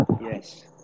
Yes